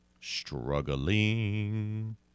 struggling